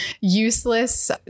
useless